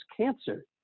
cancer